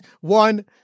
One